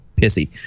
pissy